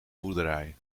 boerderij